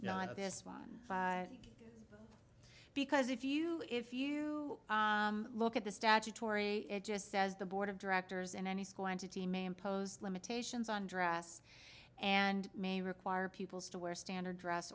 of this one because if you if you look at the statutory it just says the board of directors in any school entity may impose limitations on dress and may require people's to wear standard dress